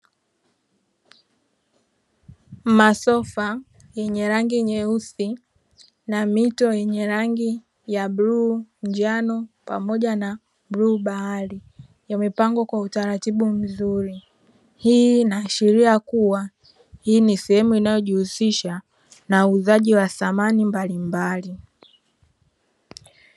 Masofa yenye rangi nyeusi na mito yenye rangi ya bluu, njano, pamoja na bluu bahari yamepangwa kwa utaratibu mzuri, hii inaashiria kuwa hii ni sehemu inayojihusisha na uuzaji wa samani mbalimbali.